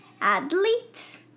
athletes